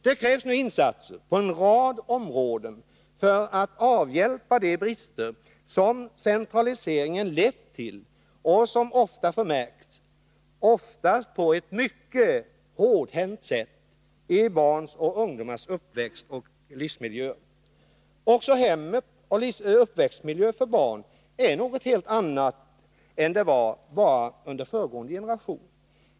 Det krävs nu insatser på en rad områden för att avhjälpa de brister som centraliseringen lett till och som ofta förmärks — oftast på ett mycket hårdhänt sätt — i barns och ungdomars uppväxtoch livsmiljöer. Också hemmet som uppväxtmiljö för barn är något helt annat än det var bara under föregående generation.